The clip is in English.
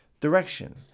direction